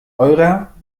eurer